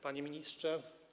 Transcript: Panie Ministrze!